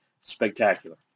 spectacular